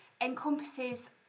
encompasses